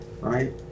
right